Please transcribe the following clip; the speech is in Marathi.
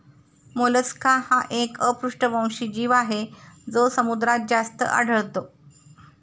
मोलस्का हा एक अपृष्ठवंशी जीव आहे जो समुद्रात जास्त आढळतो